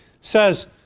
says